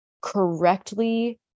correctly